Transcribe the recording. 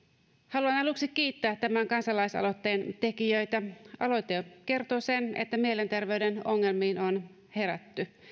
haluan aluksi kiittää tämän kansalaisaloitteen tekijöitä aloite kertoo sen että mielenterveyden ongelmiin on herätty